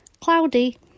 Cloudy